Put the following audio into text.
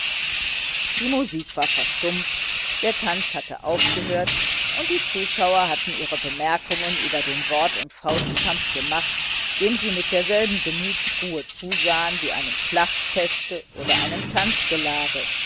die musik war verstummt der tanz hatte aufgehört und die zuschauer hatten ihre bemerkungen über den wort und faustkampf gemacht dem sie mit derselben gemütsruhe zusahen wie einem schlachtfeste oder einem